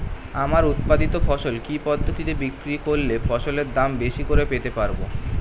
আমার উৎপাদিত ফসল কি পদ্ধতিতে বিক্রি করলে ফসলের দাম বেশি করে পেতে পারবো?